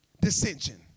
Dissension